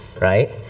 right